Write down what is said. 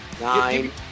Nine